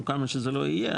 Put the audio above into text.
או כמה שזה לא יהיה,